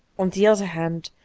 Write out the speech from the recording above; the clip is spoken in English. on the other hand,